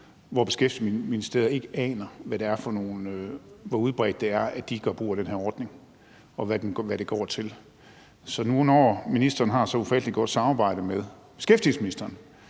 som Beskæftigelsesministeriet ikke aner hvor udbredt er, altså om de gør brug af den her ordning, og hvad det går til. Når nu ministeren har et så ufattelig godt samarbejde med beskæftigelsesministeren,